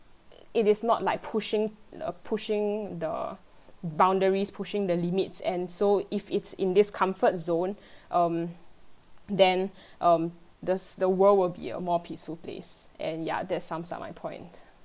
it is not like pushing pushing the boundaries pushing the limits and so if it's in this comfort zone um then um th~ the world will be a more peaceful place and ya that sums up my point